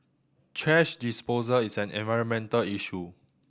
thrash disposal is an environmental issue